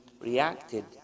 reacted